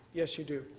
yes, you do.